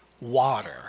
water